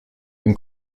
une